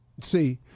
See